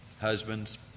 Husbands